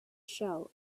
shell